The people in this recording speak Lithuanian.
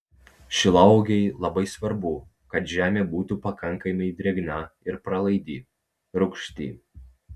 šilauogei labai svarbu kad žemė būtų pakankamai drėgna ir pralaidi rūgšti